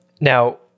Now